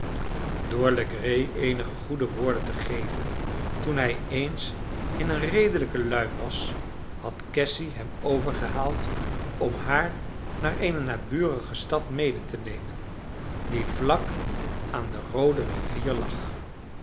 door legree eenige goede woorden te geven toen hij eens in een redelijke luim was had cassy hem overgehaald om haar naar eene naburige stad mede te nemen die vlak aan de roode rivier lag